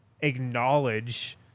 acknowledge